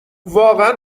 واقعا